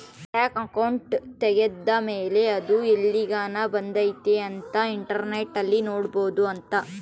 bank account ತೆಗೆದ್ದ ಮೇಲೆ ಅದು ಎಲ್ಲಿಗನ ಬಂದೈತಿ ಅಂತ ಇಂಟರ್ನೆಟ್ ಅಲ್ಲಿ ನೋಡ್ಬೊದು ಅಂತ